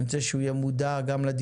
נא לשמור על השקט.